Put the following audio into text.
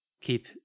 keep